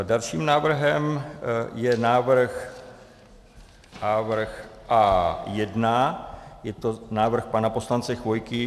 Dalším návrhem je návrh A1, je to návrh pana poslance Chvojky.